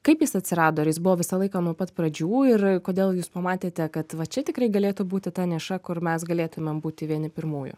kaip jis atsirado ar jis buvo visą laiką nuo pat pradžių ir kodėl jūs pamatėte kad va čia tikrai galėtų būti ta niša kur mes galėtumėm būti vieni pirmųjų